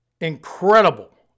incredible